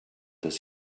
does